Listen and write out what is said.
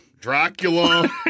Dracula